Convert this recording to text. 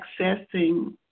accessing